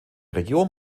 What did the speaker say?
region